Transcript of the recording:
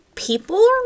People